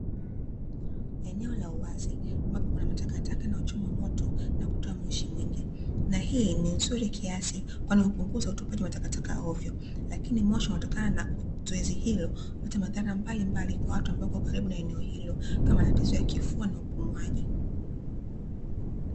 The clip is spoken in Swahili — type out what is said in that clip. Eneo la uwazi ambapo kuna matakataka yanayochomwa moto na kutoa moshi mwingi, na hii ni nzuri kiasi kwani hupunguza utupaji wa takataka hovyo, lakini moshi unaotokana na zoezi hilo huleta madhara mbalimbali kwa watu ambao wapo karibu na eneo hilo kama matatizo ya kifua na upumuaji.